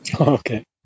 Okay